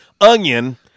Onion